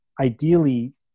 ideally